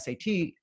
SAT